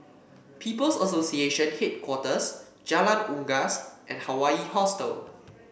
People's Association Headquarters Jalan Unggas and Hawaii Hostel